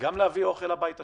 גם להביא אוכל לבית שלהם,